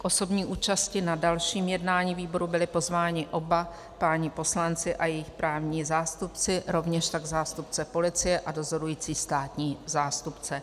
K osobní účasti na dalším jednání výboru byli pozváni oba páni poslanci a jejich právní zástupci, rovněž tak zástupce policie a dozorující státní zástupce.